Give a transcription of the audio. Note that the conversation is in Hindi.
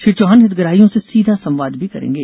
श्री चौहान हितग्राहियों से सीधा संवाद भी करेंगे